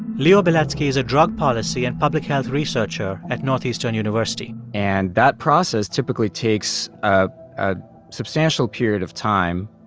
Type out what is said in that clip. leo beletsky is a drug policy and public health researcher at northeastern university and that process typically takes ah a substantial period of time.